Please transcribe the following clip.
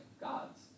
gods